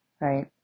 right